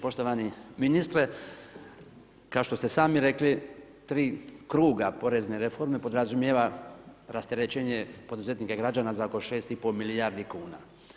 Poštovani ministre, kao što ste sami rekli 3 kruga porezne reforme podrazumijeva rasterećenje poduzetnika i građana za oko 6 i pol milijardi kuna.